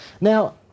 Now